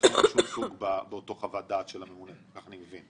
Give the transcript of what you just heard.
אצלכם באותה חוות דעת של הממונה, כך אני מבין.